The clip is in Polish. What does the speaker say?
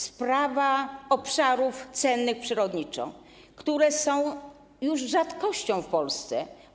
Sprawa obszarów cennych przyrodniczo, które są już rzadkością w Polsce.